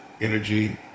energy